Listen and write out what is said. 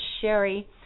Sherry